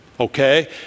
Okay